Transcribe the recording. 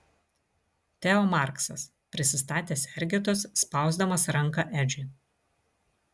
teo marksas prisistatė sergėtojas spausdamas ranką edžiui